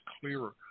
clearer